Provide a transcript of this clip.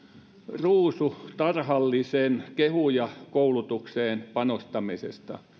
ruusutarhallisen kehuja koulutukseen panostamisesta